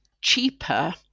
cheaper